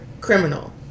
criminal